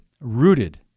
rooted